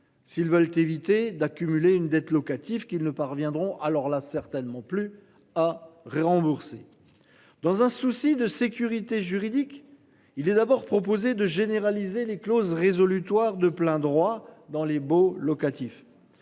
S'ils veulent éviter d'accumuler une dette locative qu'ils ne parviendront alors là certainement plus à rembourser. Dans un souci de sécurité juridique. Il est d'abord proposé de généraliser les clauses résolutoire de plein droit dans les baux locatifs.